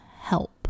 help